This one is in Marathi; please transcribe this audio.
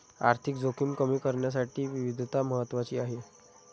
आर्थिक जोखीम कमी करण्यासाठी विविधता महत्वाची आहे